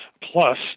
plus